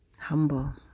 Humble